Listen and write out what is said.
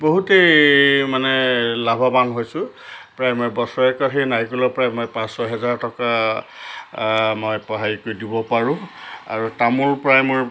বহুতেই মানে লাভৱান হৈছোঁ প্ৰায় মই বছৰেকত সেই নাৰিকলৰ পৰাই মই পাঁচ ছহেজাৰ টকা মই হেৰি কৰি দিব পাৰোঁ আৰু তামোল প্ৰায় মোৰ